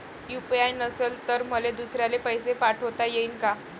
UPI नसल तर मले दुसऱ्याले पैसे पाठोता येईन का?